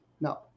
No